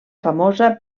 famosa